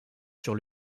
sur